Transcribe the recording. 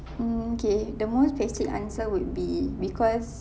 mm okay the most basic answer would be because